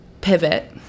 pivot